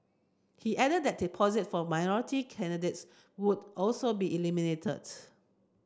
he added that deposits for minority candidates would also be eliminated